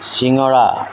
চিঙৰা